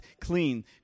clean